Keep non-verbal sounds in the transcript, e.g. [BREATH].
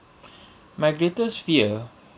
[BREATH] my greatest fear